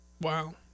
Wow